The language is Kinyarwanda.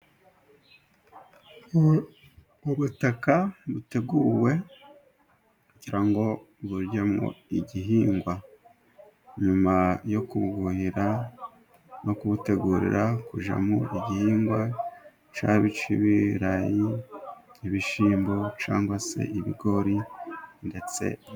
Ubutaka buteguwe kugira ngo bujyemo igihingwa. Nyuma yo kubwuhira no kubutegurira kujyamo igihingwa cyaba icy'ibirayi, ibishyimbo cyangwa se ibigori ndetse...